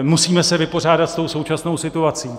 Musíme se vypořádat s tou současnou situací.